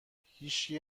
هیچکی